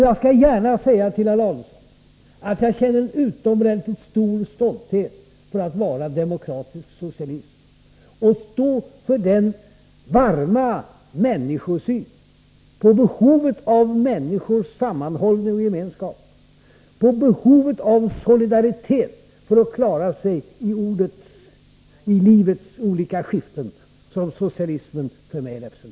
Jag skall gärna säga till herr Adelsohn att jag känner en utomordentligt stor stolthet över att vara demokratisk socialist och stå för den varma människosyn och den uppfattning om behovet av människors sammanhållning och gemenskap och om behovet av solidaritet för att klara sig i livets olika skiften som socialismen representerar för mig.